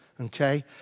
Okay